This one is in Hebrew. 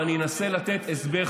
ואני אנסה לתת הסבר,